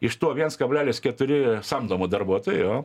iš to viens kablelis keturi samdomo darbuotojo jo